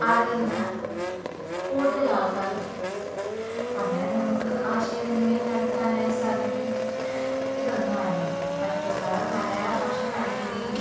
അറിയുന്ന കൂടുതലാൾക്കാരെ കൊണ്ട് അങ്ങനെ നമുക്ക് ആശയ വിനിമയം നടത്താനായി സാധിക്കും ഇതൊന്നും അല്ലെങ്കിൽ മറ്റുള്ളവർ മലയാള ഭാഷ പഠിക്കുകയും